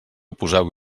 poseu